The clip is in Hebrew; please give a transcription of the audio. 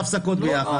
בהפסקות ביחד,